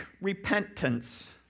repentance